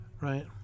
right